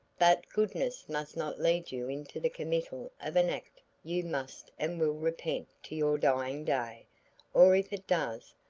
but goodness must not lead you into the committal of an act you must and will repent to your dying day or if it does,